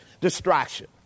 distraction